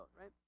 Right